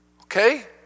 Okay